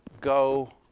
go